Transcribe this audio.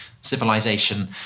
civilization